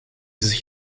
sich